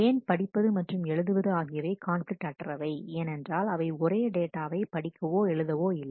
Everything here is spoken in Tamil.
ஏன் படிப்பது மற்றும் எழுதுவது ஆகியவை கான்பிலிக்ட் அற்றவை ஏனென்றால் அவை ஒரே டேட்டாவை படிக்கவோ எழுதுவதோ இல்லை